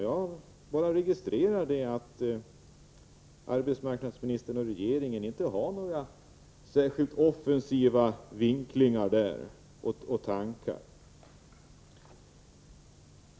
Jag bara registrerar att arbetsmarknadsministern och regeringen inte har några särskilt offensiva vinklingar eller tankar.